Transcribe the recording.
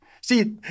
See